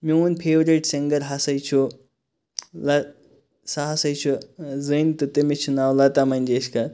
میون favourite singer ہَسا چھُ لَ سُہ ہَسا چھُ زٔنۍ تہِ تٔمس چھُ ناو لَتا مَنٛگیشکَر